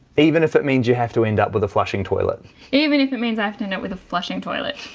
even if it means you have to end up with a flushing toilet even if it means i've done it with a flushing toilet